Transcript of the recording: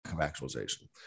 actualization